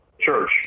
Church